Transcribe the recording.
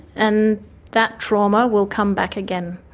and that trauma will come back again.